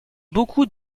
beaucoup